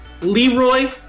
Leroy